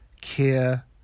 care